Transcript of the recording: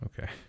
Okay